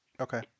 Okay